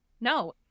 No